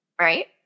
right